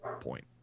point